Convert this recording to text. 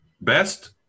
Best